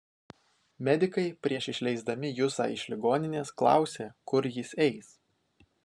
medikai prieš išleisdami jusą iš ligoninės klausė kur jis eis